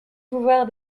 pouvoir